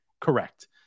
correct